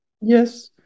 Yes